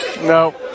No